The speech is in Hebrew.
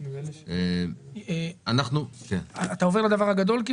--- אתה עובר לדבר הגדול?